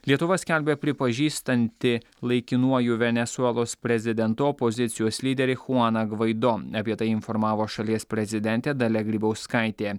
lietuva skelbia pripažįstanti laikinuoju venesuelos prezidentu opozicijos lyderį chuaną gvaido apie tai informavo šalies prezidentė dalia grybauskaitė